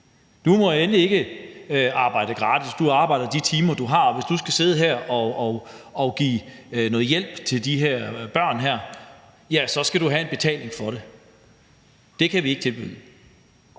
Du må endelig ikke arbejde gratis. Du arbejder de timer, du har, og hvis du skal sidde her og give noget hjælp til de her børn, så skal du have betaling for det. Det kan vi ikke tilbyde.